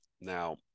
Now